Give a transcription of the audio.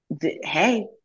hey